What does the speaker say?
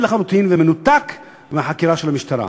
לחלוטין ומנותק מהחקירה של המשטרה.